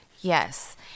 Yes